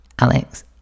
Alex